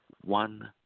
one